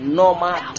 normal